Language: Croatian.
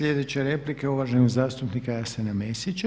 Sljedeća replika je uvaženog zastupnika Jasena Mesića.